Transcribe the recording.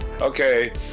Okay